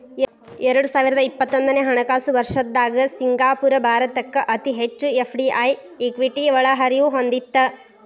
ಎರಡು ಸಾವಿರದ ಇಪ್ಪತ್ತೊಂದನೆ ಹಣಕಾಸು ವರ್ಷದ್ದಾಗ ಸಿಂಗಾಪುರ ಭಾರತಕ್ಕ ಅತಿ ಹೆಚ್ಚು ಎಫ್.ಡಿ.ಐ ಇಕ್ವಿಟಿ ಒಳಹರಿವು ಹೊಂದಿತ್ತ